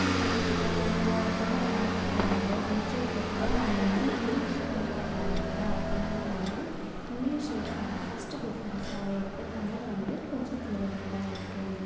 இப்போது ஒரு ஒருத்தவங்க வேலைக்கு போனாலோ இண்டர்வியூக்கு கேட்டாலோ அவங்க வந்து இங்கிலிஷில் தான் கேட்குறாங்க இல்லையா அதனால் வந்து இங்கிலிஷே தான் வந்து ஃபஸ்டு ஃபிரிஃபரன்ஸ்சாகவே இருக்குது தமிழ் வந்து கொஞ்சம் கீழவே தான் இருக்குது